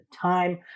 time